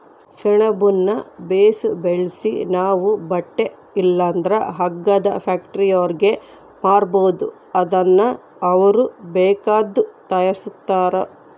ಸೆಣಬುನ್ನ ಬೇಸು ಬೆಳ್ಸಿ ನಾವು ಬಟ್ಟೆ ಇಲ್ಲಂದ್ರ ಹಗ್ಗದ ಫ್ಯಾಕ್ಟರಿಯೋರ್ಗೆ ಮಾರ್ಬೋದು ಅದುನ್ನ ಅವ್ರು ಬೇಕಾದ್ದು ತಯಾರಿಸ್ತಾರ